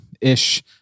ish